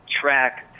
track